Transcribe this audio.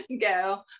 go